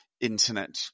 internet